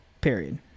Period